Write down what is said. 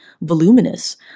voluminous